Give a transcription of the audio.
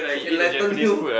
enlighten you